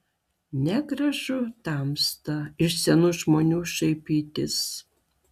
negražu tamsta iš senų žmonių šaipytis